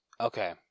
okay